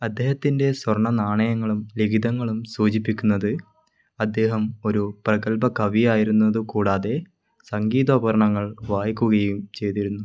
അദ്ദേഹത്തിൻ്റെ സ്വർണ്ണ നാണയങ്ങളും ലിഖിതങ്ങളും സൂചിപ്പിക്കുന്നത് അദ്ദേഹം ഒരു പ്രഗത്ഭ കവിയായിരുന്നതു കൂടാതെ സംഗീതോപകരണങ്ങൾ വായിക്കുകയും ചെയ്തിരുന്നു